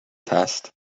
test